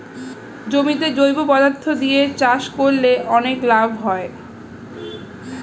জমিতে জৈব পদার্থ দিয়ে চাষ করলে অনেক লাভ হয়